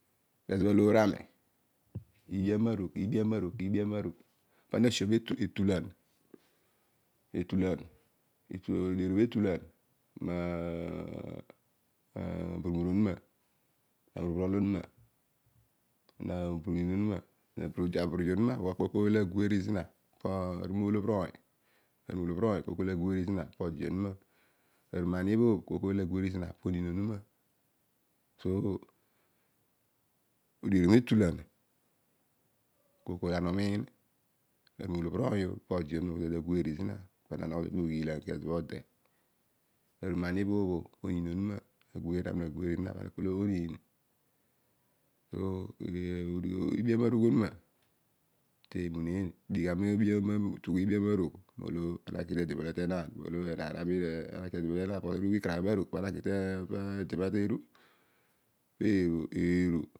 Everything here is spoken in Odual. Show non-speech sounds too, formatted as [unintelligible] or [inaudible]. Kezo bha aloor ami. kiiba amaroog kiibi amarugh. kiibi amarugh pana ta show me tulan. etulan. to ode eriom etulon [hesitation] to obolo onuma naburumor onuma nabruniin onuma. na aburude onuma. koiy koiy le agueery zina aru molobhir oiy po koiy koiy laguery zina. lo ode onuma. aru ma amiobhobh po koiy koiy lo ague eri zina po oniin onuma. so [hesitation] udighi metulan po kooy kooy lo ana umiin. aru mo olobhir oiy o pana ta nogho zodi moghiilan kezo bho ode because odi aguery zina. aru ma aniobhobh o po oniin onuma. Na gueri zina pu nagueri zina natein ouiin [unintelligible] fugh iibi amarugh lo ana aki tade olema tenaan le euaan amiin but ana urugh okarabh amargh pana ta ki tade olema teeru